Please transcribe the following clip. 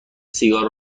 سیگار